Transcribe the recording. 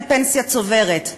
לפנסיה צוברת.